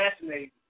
fascinating